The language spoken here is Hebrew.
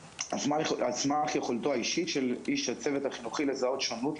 על סמך יכולתו האישית של איש הצוות החינוכי לזהות שונות,